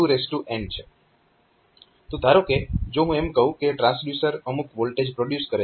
તો ધારો કે જો હું એમ કહું કે ટ્રાન્સડ્યુસર અમુક વોલ્ટેજ પ્રોડ્યુસ કરે છે